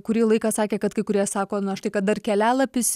kurį laiką sakė kad kai kurie sako na štai kad dar kelialapis